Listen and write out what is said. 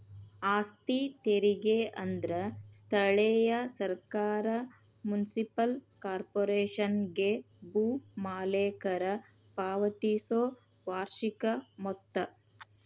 ಆಸ್ತಿ ತೆರಿಗೆ ಅಂದ್ರ ಸ್ಥಳೇಯ ಸರ್ಕಾರ ಮುನ್ಸಿಪಲ್ ಕಾರ್ಪೊರೇಶನ್ಗೆ ಭೂ ಮಾಲೇಕರ ಪಾವತಿಸೊ ವಾರ್ಷಿಕ ಮೊತ್ತ